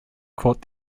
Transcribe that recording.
caught